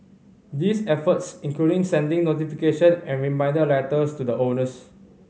these efforts include sending notification and reminder letters to the owners